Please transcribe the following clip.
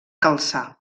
calçar